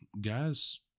guys